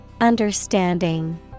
Understanding